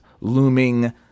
looming